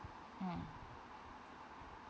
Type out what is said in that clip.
mm